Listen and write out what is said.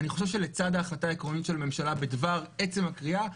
אני חושב שלצד ההחלטה העקרונית של הממשלה בדבר עצם הכרייה,